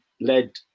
led